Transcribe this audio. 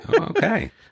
Okay